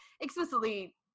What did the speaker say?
explicitly